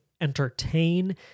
entertain